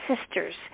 sisters